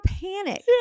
panic